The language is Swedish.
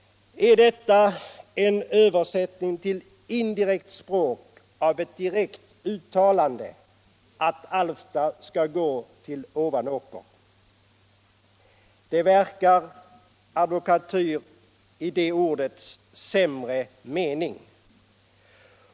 Är detta en översättning till indirekt språk av ett direkt uttalande att Alfta skall gå till Ovanåker? Det verkar advokatyr i det ordets sämsta mening.